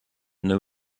new